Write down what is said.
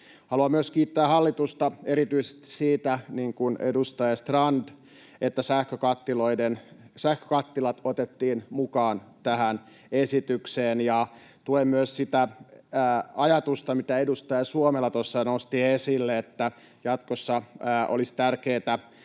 haluan myös kiitää hallitusta erityisesti siitä, että sähkökattilat otettiin mukaan tähän esitykseen. Tuen myös sitä ajatusta, mitä edustaja Suomela tuossa nosti esille, että jatkossa olisi tärkeätä